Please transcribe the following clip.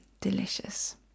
delicious